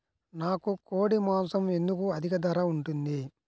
నాకు కోడి మాసం ఎందుకు అధిక ధర ఉంటుంది?